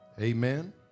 Amen